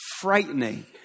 frightening